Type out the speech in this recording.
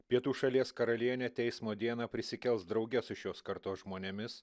pietų šalies karalienė teismo dieną prisikels drauge su šios kartos žmonėmis